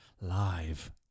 live